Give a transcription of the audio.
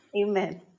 amen